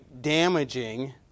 damaging